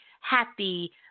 happy